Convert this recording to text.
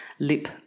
lip